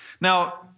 Now